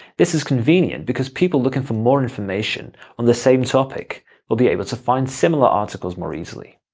this is convenient, because people looking for more information on the same topic will be able to find similar articles more easily.